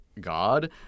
God